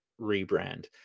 rebrand